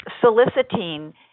soliciting